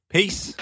Peace